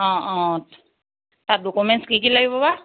অঁ অঁ তাত ডকুমেণ্টছ কি কি লাগিব বা